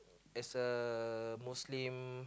as a muslim